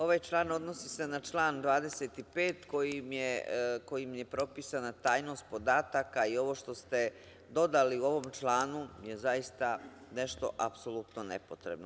Ovaj član odnosi se na član 25. kojim je propisana tajnost podataka i ovo što ste dodali u ovom članu je zaista nešto apsolutno nepotrebno.